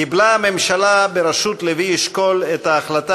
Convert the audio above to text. קיבלה הממשלה בראשות לוי אשכול את ההחלטה